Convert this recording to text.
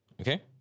Okay